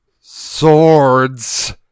swords